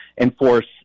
enforce